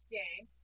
game